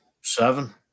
Seven